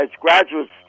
graduates